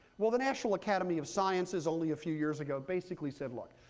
well, the national academy of sciences only a few years ago basically said, look,